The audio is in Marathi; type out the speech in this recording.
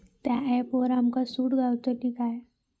त्या ऍपवर आमका सूट गावतली काय?